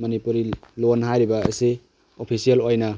ꯃꯅꯤꯄꯨꯔꯤ ꯂꯣꯜ ꯍꯥꯏꯔꯤꯕ ꯑꯁꯤ ꯑꯣꯐꯤꯁꯦꯜ ꯑꯣꯏꯅ